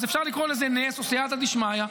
אז אפשר לקרוא לזה נס או סייעתא דשמיא,